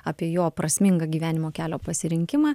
apie jo prasmingą gyvenimo kelio pasirinkimą